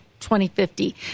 2050